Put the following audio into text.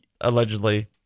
allegedly